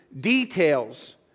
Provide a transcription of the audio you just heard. details